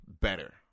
Better